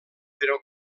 però